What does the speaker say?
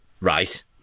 Right